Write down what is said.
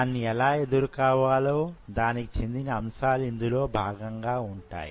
దాన్ని ఎలా ఎదుర్కోవాలో దానికి చెందిన అంశాలు ఇందులో భాగంగా వుంటాయి